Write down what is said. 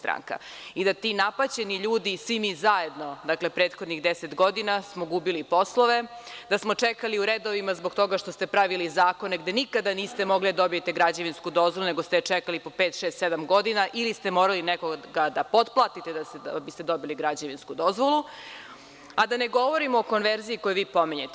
Ti napaćeni ljudi i svi mi zajedno, dakle, prethodnih deset godina smo gubili poslove, da smo čekali u redovima zbog toga što ste pravili zakone gde nikada niste mogli da dobijete građevinsku dozvolu nego ste je čekali po pet, šest, sedam godina ili ste morali nekoga da potplatite da biste dobili građevinsku dozvolu, a da ne govorimo o konverziji koju vi pominjete.